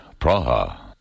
Praha